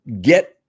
get